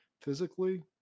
physically